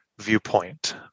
viewpoint